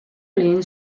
lehen